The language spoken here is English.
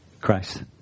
Christ